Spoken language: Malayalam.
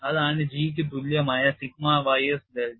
അതാണ് G ക്ക് തുല്യമായ സിഗ്മ ys ഡെൽറ്റ